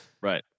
Right